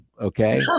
okay